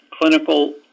clinical